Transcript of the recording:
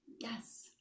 Yes